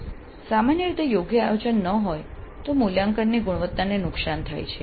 સામાન્ય રીતે યોગ્ય આયોજન ન હોય તો મૂલ્યાંકનની ગુણવત્તાને નુકસાન થાય છે